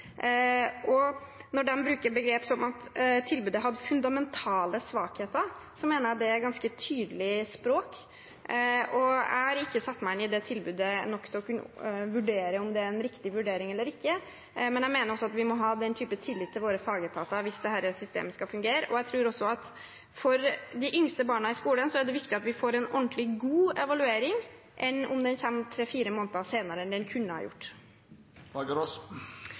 Når de sier at tilbudet hadde fundamentale svakheter, mener jeg at det er et ganske tydelig språk. Jeg har ikke satt meg godt nok inn i det tilbudet til å kunne vurdere om det er en riktig vurdering eller ikke, men vi må ha den typen tillit til våre fagetater hvis dette systemet skal fungere. Jeg tror også at for de yngste barna i skolen er det viktigere at vi får en ordentlig god evaluering enn at den kommer tre–fire måneder senere enn den kunne ha